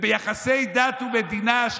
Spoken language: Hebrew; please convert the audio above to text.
ביחסי דת ומדינה, למה?